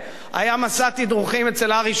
היה מסע תדרוכים אצל ארי שביט?